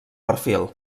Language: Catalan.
perfil